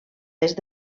est